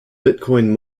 bitcoin